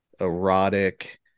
erotic